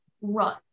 run